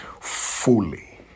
fully